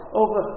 over